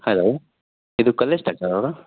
hello ಇದು ಕಲ್ಲೇಶ್ ಡಾಕ್ಟರವರಾ